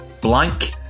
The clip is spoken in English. blank